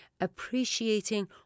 appreciating